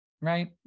right